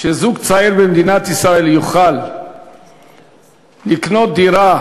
שזוג צעיר במדינת ישראל יוכל לקנות דירה,